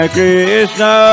Krishna